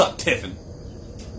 tiffin